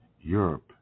Europe